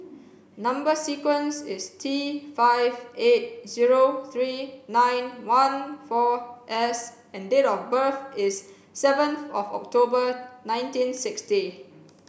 number sequence is T five eight zero three nine one four S and date of birth is seventh of October nineteen sixty